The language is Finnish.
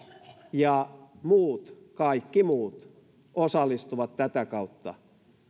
ja muut kaikki muut osallistuvat tätä kautta